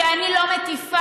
שאני לא מטיפה,